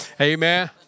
Amen